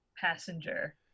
passenger